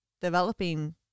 developing